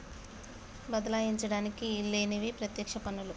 బదలాయించడానికి ఈల్లేనివి పత్యక్ష పన్నులు